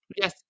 Yes